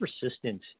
persistent